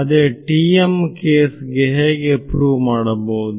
ಅದೇ TM case ಗೆ ಹೇಗೆ ಪ್ರೂವ್ ಮಾಡಬಹುದು